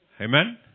Amen